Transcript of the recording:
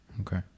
Okay